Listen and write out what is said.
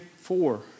four